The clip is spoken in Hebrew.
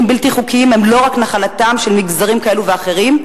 בלתי חוקיים הם לא רק נחלתם של מגזרים אלו ואחרים,